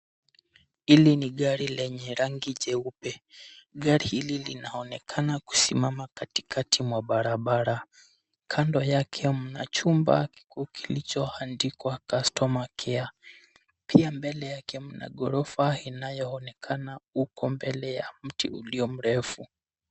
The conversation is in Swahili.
Hili ni gari lenye rangi jeupe. Gari hili linaonekana kusimama katikati mwa barabara. Kando yake mna chumba kikuu kilicho andikwa Customer Care. Pia mbele yake mna ghorofa inayoonekana huko mbele ya mti ulio mrefu